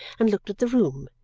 and looked at the room,